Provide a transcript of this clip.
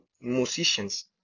musicians